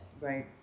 Right